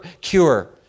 cure